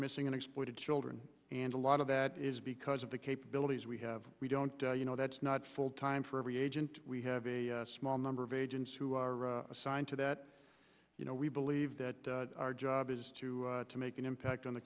missing and exploited children and a lot of that is because of the capabilities we have we don't you know that's not full time for every agent we have a small number of agents who are assigned to that you know we believe that our job is to to make an impact on the